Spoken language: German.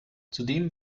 zudem